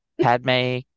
Padme